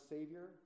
Savior